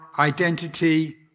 Identity